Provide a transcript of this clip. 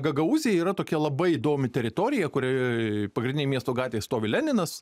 gagaūzija yra tokia labai įdomi teritorija kurioj pagrindinėj miesto gatvėj stovi leninas